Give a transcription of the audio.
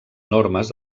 normes